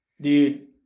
Dude